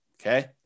okay